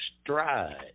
stride